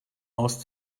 aus